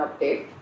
update